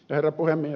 herra puhemies